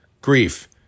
grief